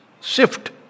Shift